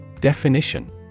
Definition